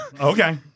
Okay